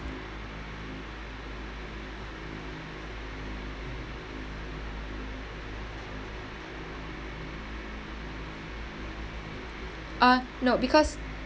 uh no because